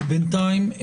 כן,